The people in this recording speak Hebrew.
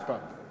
משפט.